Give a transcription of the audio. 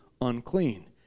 unclean